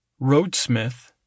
Roadsmith